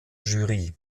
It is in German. jury